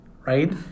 right